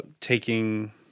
taking